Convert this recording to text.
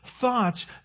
thoughts